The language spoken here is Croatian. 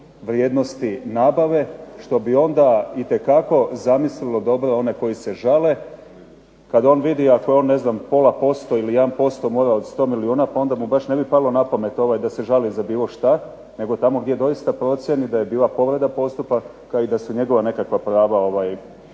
vrijednosti nabave, što bi onda itekako zamislilo one koji se žale. Kada on vidi ako je on ne znam pola posto ili jedan posto mora od sto milijuna, pa onda mu baš ne bi palo na pamet da se žali za bilo što, nego tamo gdje doista procjeni da je bila povreda postupaka i da se nekakva njegova prava u